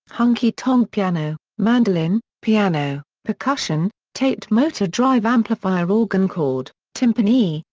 honky tonk piano, mandolin, piano, percussion, taped motor drive amplifier organ chord, timpani,